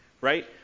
right